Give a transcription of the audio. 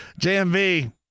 JMV